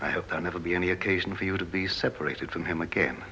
i hope to never be any occasion for you to be separated from him again